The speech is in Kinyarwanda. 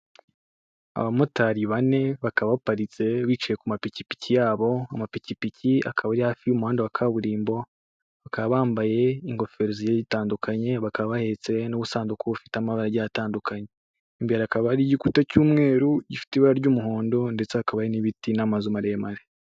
Abamotari bane bakaba baparitse bicaye ku mapikipiki yabo, amapikipiki akaba ari hafi y'umuhanda wa kaburimbo bakaba bambaye ingofero zigiye zitandukanye, bakaba hahetse n'ubusanduku bufite amabara agiye atandukanye, imbere hakaba hariyo igikuta cy'umweru gifite ibara ry'umuhondo ndetse hakaba hari n'ibiti n'amazu maremare.